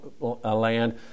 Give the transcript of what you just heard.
land